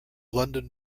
london